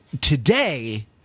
today